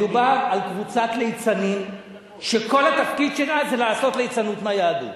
מדובר על קבוצת ליצנים שכל התפקיד שלה זה לעשות ליצנות מהיהדות,